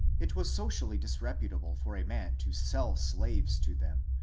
it was socially dis reputable for a man to sell slaves to them,